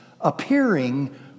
appearing